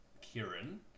Kieran